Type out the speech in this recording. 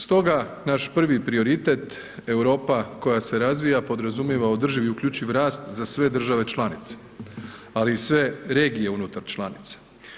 Stoga naš prvi prioritet Europa koja se razvija podrazumijeva održiv i uključiv rast za sve države članice, ali i sve regije unutar članica.